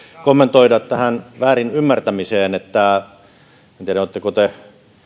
kommentoida tähän väärin ymmärtämiseen että en tiedä oletteko te